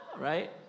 Right